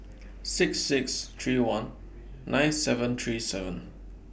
six six three one nine seven three seven